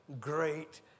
great